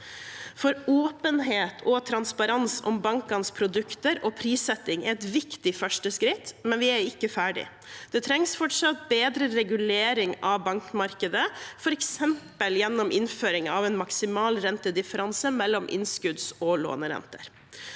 Åpenhet og transparens om bankenes produkter og prissetting er et viktig første skritt, men vi er ikke ferdige. Det trengs fortsatt bedre regulering av bankmarkedet, f.eks. gjennom innføring av en maksimal rentedifferanse mellom innskudds- og lånerenter.